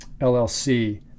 LLC